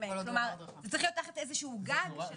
כלומר הוא צריך להיות תחת איזה שהוא גג של מפעיל.